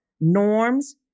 norms